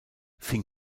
fing